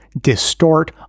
distort